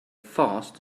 fast